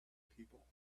people